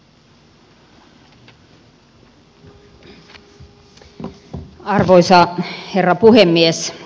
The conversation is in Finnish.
arvoisa herra puhemies